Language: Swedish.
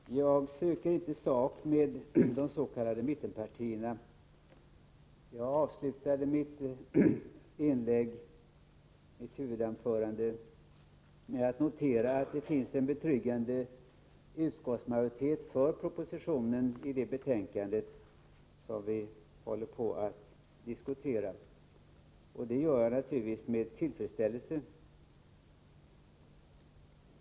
Herr talman! Jag söker inte sak med des.k. mittenpartierna. Jag avslutade mitt huvudanförande med att notera att det finns en betryggande majoritet i utskottet för förslagen i den proposition som ligger till grund för det betänkande som vi nu diskuterar. Detta gör jag naturligtvis med tillfredsställelse.